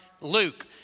Luke